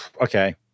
okay